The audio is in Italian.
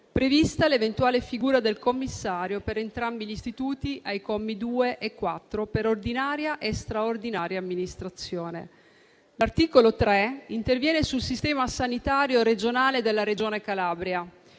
prevista l'eventuale figura del commissario per entrambi gli istituti, ai commi 2 e 4, per ordinaria e straordinaria amministrazione. L'articolo 3 interviene sul sistema sanitario della Regione Calabria.